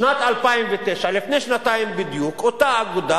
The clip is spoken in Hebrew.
בשנת 2009, לפני שנתיים בדיוק, אותה אגודה,